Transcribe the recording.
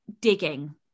digging